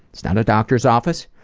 it's not a doctor's office.